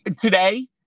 today